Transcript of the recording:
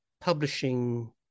publishing